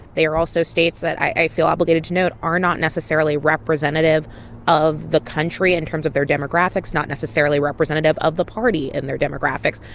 they are also states that i feel obligated to note are not necessarily representative of the country in terms of their demographics, not necessarily representative of the party in their demographics.